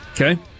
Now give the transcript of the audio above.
Okay